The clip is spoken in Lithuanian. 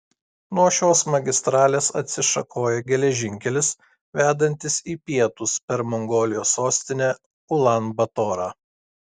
nuo šios magistralės atsišakoja geležinkelis vedantis į pietus per mongolijos sostinę ulan batorą